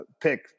pick